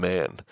Man